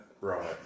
right